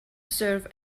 serve